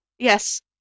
Yes